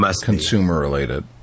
consumer-related